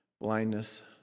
blindness